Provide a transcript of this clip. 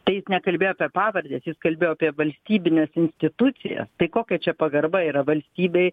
tai jis nekalbėjo apie pavardes jis kalbėjo apie valstybines institucijas tai kokia čia pagarba yra valstybei